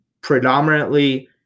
Predominantly